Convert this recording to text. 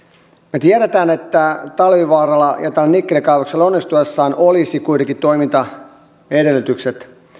me tiedämme että talvivaaralla ja tällä nikkelikaivoksella onnistuessaan olisi kuitenkin toimintaedellytykset